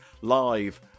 live